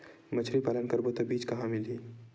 मछरी पालन करबो त बीज कहां मिलही?